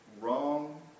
wrong